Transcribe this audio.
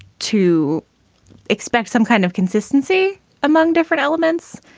to expect some kind of consistency among different elements.